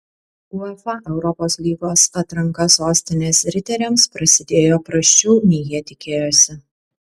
uefa europos lygos atranka sostinės riteriams prasidėjo prasčiau nei jie tikėjosi